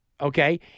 okay